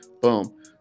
boom